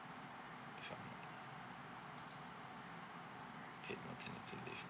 if I'm not paid maternity leave